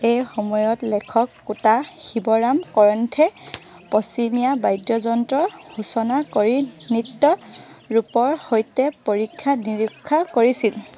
এই সময়ত লেখক কোটা শিৱৰাম কৰন্থে পশ্চিমীয়া বাদ্যযন্ত্ৰৰ সূচনা কৰি নৃত্য ৰূপৰ সৈতে পৰীক্ষা নিৰীক্ষা কৰিছিল